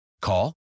Call